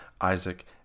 Isaac